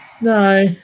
No